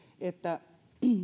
että